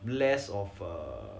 less of a